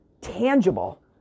tangible